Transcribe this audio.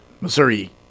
Missouri